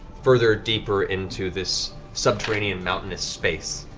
further deeper into this subterranean mountainous space.